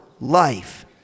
life